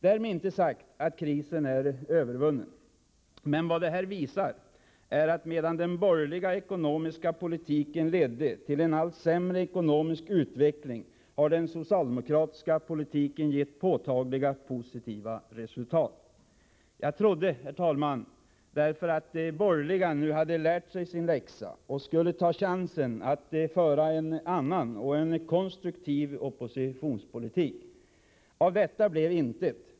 Därmed inte sagt att krisen är övervunnen. Men detta visar att medan den borgerliga ekonomiska politiken ledde till en allt sämre ekonomisk utveckling har den socialdemokratiska politiken gett påtagliga, positiva resultat. Jag trodde därför, herr talman, att de borgerliga nu hade lärt sig sin läxa och skulle ta chansen att föra en annan, konstruktiv, oppositionspolitik. Av detta blev intet.